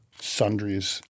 sundries